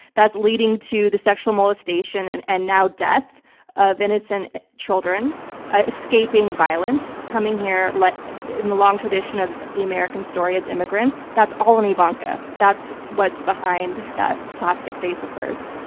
leading to the sexual molestation and and now death of innocent children ah escaping violence, coming here like in the long tradition of the american story as immigrants. that's all on ivanka. that's what's behind that plastic face of hers.